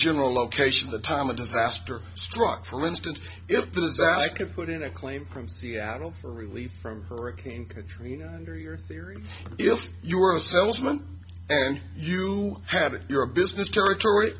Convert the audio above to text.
general location the time of disaster struck for instance if there's i can put in a claim from seattle for relief from hurricane katrina under your theory if you were a salesman and you had your business territory